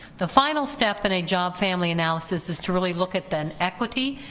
the final step in a job family analysis is to really look at that equity,